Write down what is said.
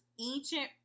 ancient